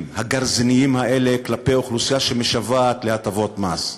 הגרזיניים האלה כלפי אוכלוסייה שמשוועת להטבות המס.